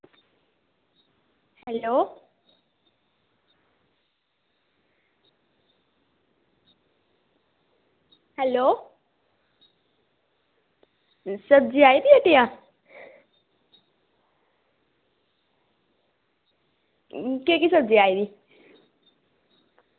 hello hello सब्जी आई दी हट्टिया केह् केह् सब्जी आई दी